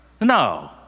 No